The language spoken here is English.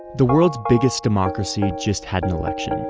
the world's biggest democracy just had an election.